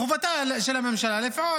מחובתה של הממשלה לפעול.